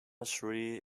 shri